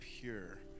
pure